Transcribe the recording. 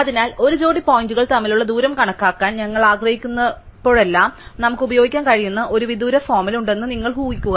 അതിനാൽ ഒരു ജോടി പോയിന്റുകൾ തമ്മിലുള്ള ദൂരം കണക്കാക്കാൻ ഞങ്ങൾ ആഗ്രഹിക്കുന്നപ്പോഴെല്ലാം നമുക്ക് ഉപയോഗിക്കാൻ കഴിയുന്ന ഒരു വിദൂര ഫോർമുല ഉണ്ടെന്ന് നിങ്ങൾ ഉഹിക്കുക